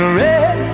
red